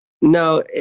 No